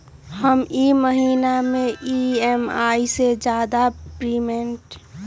हम ई महिना में ई.एम.आई से ज्यादा रीपेमेंट करे के चाहईले ओ लेल की करे के परतई?